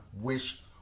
wish